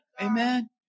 Amen